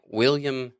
william